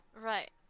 Right